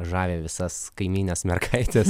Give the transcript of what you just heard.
žavi visas kaimynes mergaites